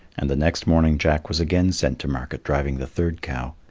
and the next morning jack was again sent to market driving the third cow.